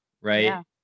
right